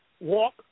walk